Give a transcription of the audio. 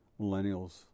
millennials